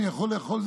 אני יכול לאכול?